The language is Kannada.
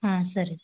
ಹಾಂ ಸರಿ